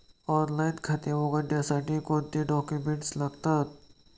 Online खाते उघडण्यासाठी कोणते डॉक्युमेंट्स लागतील?